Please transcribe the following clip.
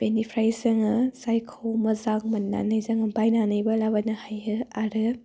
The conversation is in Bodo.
बेनिफ्राय जोङो जायखौ मोजां मोननानै जोङो बायनानैबो लाबोनो हायो आरो